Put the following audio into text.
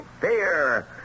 Fear